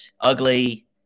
ugly